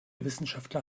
wissenschaftler